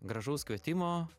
gražaus kvietimo